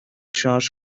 شارژ